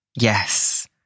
Yes